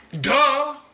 Duh